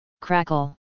Crackle